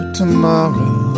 tomorrow